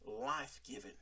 life-giving